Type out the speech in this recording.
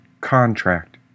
contract